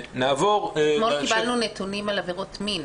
אתמול קיבלנו נתונים על עבירות מין.